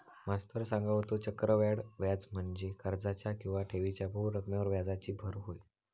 मास्तर सांगा होतो, चक्रवाढ व्याज म्हणजे कर्जाच्या किंवा ठेवीच्या मूळ रकमेवर व्याजाची भर होय